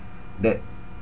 that